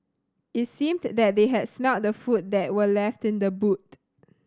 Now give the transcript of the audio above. it seemed that they had smelt the food that were left in the boot